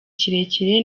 kirekire